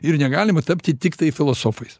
ir negalima tapti tiktai filosofais